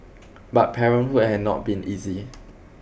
but parenthood had not been easy